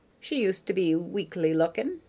she used to be weakly lookin'.